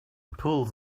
pull